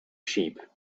sheep